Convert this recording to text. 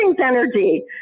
energy